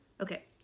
Okay